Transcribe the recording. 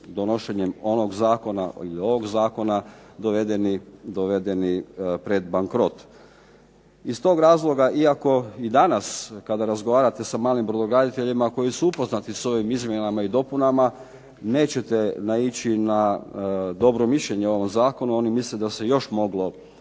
donošenjem onog Zakona ili ovog Zakona dovedeni pred bankrot. IZ tog razloga iako i danas kada razgovarate sa malim brodograditeljima koji su upoznati sa ovim izmjenama i dopunama nećete naići na dobro mišljenje o ovom Zakonu, oni misle da se moglo